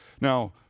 Now